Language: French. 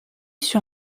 sur